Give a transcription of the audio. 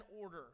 order